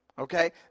Okay